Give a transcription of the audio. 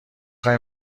خوای